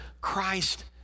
Christ